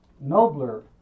nobler